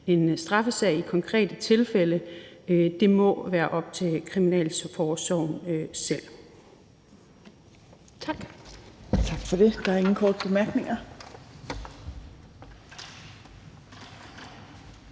en straffesag i konkrete tilfælde, må være op til kriminalforsorgen selv. Tak.